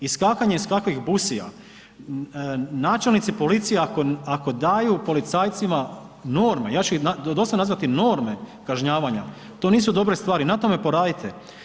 Iskakanje iz kakvih busija, načelnici policija ako daju policajcima norme, ja ću ih do sad nazvati norme kažnjavanja, to nisu dobre stvari, na tome poradite.